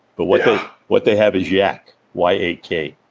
but what what they have is yak, y a k,